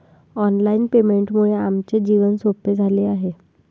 online पेमेंटमुळे आमचे जीवन सोपे झाले आहे